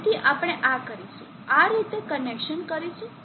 તેથી આપણે આ કરીશું આ રીતે કનેક્શન કરીશું